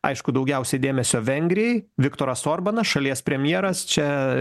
aišku daugiausiai dėmesio vengrijai viktoras orbanas šalies premjeras čia